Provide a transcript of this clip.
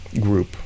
group